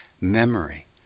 memory